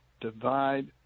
divide